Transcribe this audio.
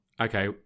Okay